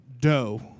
dough